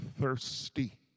thirsty